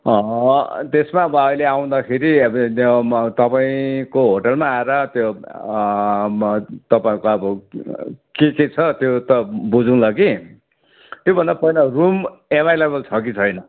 त्यसमा अब अहिले आउँदाखेरि द म तपाईँको होटलमा आएर त्यो म तपाईँहरूको अब के चाहिँ छ त्यो त बुझौँला कि त्यो भन्दा पहिला रुम एभाइलेबल छ कि छैन